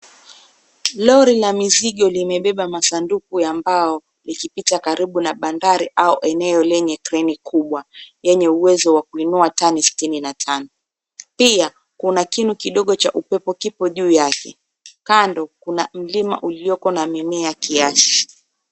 Lori la mizigo limebeba masanduku ya mbao likipita karibu na bandari au eneo yenye kreni kubwa yenye uwezo wa kuinua tano sitini na tano. Pia kuna kinu kidogo cha upepo kipo juu yake. Kando kuna mlima ulioko na mimea kiasi.